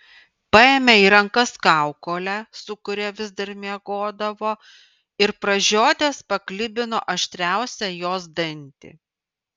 paėmė į rankas kaukolę su kuria vis dar miegodavo ir pražiodęs paklibino aštriausią jos dantį